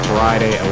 Friday